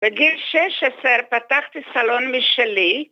בגיל 16 פתחתי סלון משלי